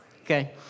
okay